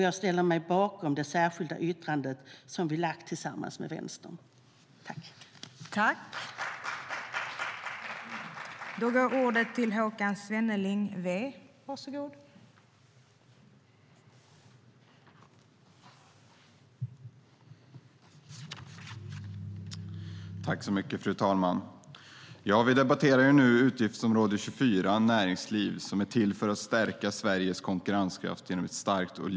Jag ställer mig bakom det särskilda yttrande vi har tillsammans med Vänstern.